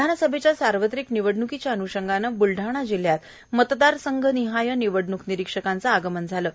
विधानसभा सार्वत्रिक निवडण्कीच्या अनुषंगाने बुलढाणा जिल्ह्यात मतदारसंघ निहाय निवडण्क निरीक्षक यांचे आगमन झाले आहे